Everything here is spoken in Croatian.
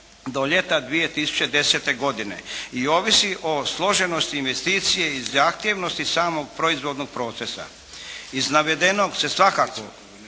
do ljeta 2010. godine i ovisi o složenosti investicije i zahtjevnosti samog proizvodnog procesa. Iz navedenog se svakako